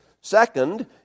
Second